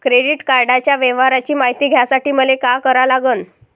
Credit कार्डाच्या व्यवहाराची मायती घ्यासाठी मले का करा लागन?